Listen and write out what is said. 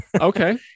Okay